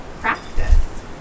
practice